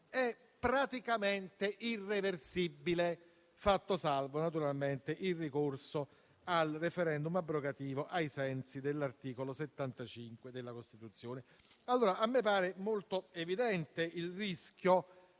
è praticamente irreversibile, fatto salvo naturalmente il ricorso al *referendum* abrogativo, ai sensi dell'articolo 75 della Costituzione. A me pare molto evidente il rischio